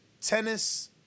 Tennis